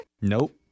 Nope